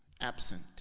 absent